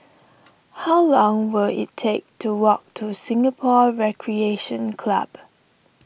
how long will it take to walk to Singapore Recreation Club